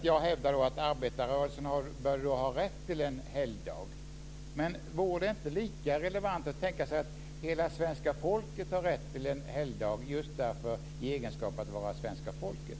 Jag hävdar då att arbetarrörelsen bör ha rätt till en helgdag. Men vore det inte lika relevant att tänka sig att hela svenska folket har rätt till en helgdag, just i egenskap av svenska folket?